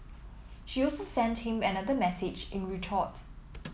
she also sent him another message in retort